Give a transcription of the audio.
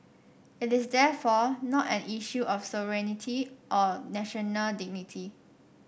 this is therefore not an issue of sovereignty or national dignity